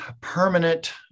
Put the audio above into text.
permanent